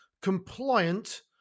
compliant